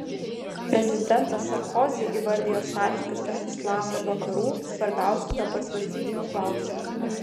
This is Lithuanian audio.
prezidentas sarkozi įvardijo santykius tarp islamo ir vakarų svarbiausiu dabar svarstytinu klausimu